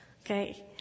okay